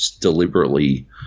deliberately